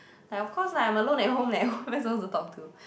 like of course lah I'm alone at home leh who am I supposed to talk to